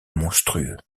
monstrueux